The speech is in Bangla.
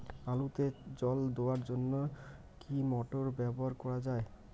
আলুতে জল দেওয়ার জন্য কি মোটর ব্যবহার করা যায়?